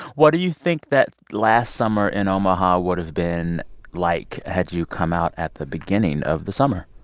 what do you think that last summer in omaha would have been like had you come out at the beginning of the summer?